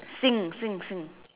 sing sing sing